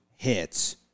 hits